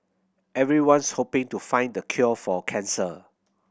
everyone's hoping to find the cure for cancer